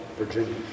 Virginia